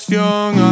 young